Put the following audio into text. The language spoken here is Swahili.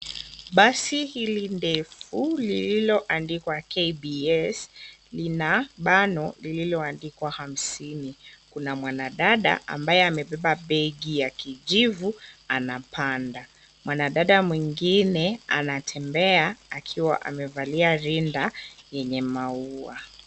Basi hili ndefu lililo andikwa KBS lina bano lililo andikwa hamsini kuna mwanadada ambaye amebeba begi ya kijivu anapanda. Mwanadada mwingine anatembea akiwa amevalia rinda yenye maua.